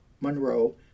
Monroe